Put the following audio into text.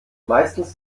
meistens